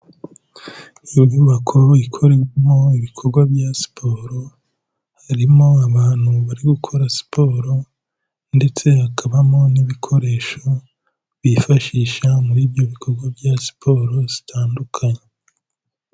Ni inyubako ikoremo ibikorwa bya siporo, harimo abantu bari gukora siporo ndetse hakabamo n'ibikoresho bifashisha muri ibyo bikorwa bya siporo zitandukanye.